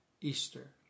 Easter